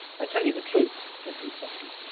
i tell you the truth said he softly,